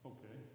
Okay